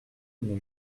une